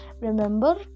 Remember